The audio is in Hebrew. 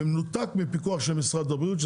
במנותק מפיקוח של משרד הבריאות שהוא